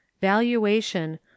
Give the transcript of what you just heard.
valuation